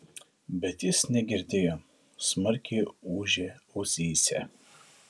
bet jis negirdėjo smarkiai ūžė ausyse